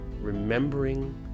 remembering